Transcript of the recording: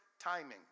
timing